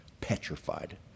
Petrified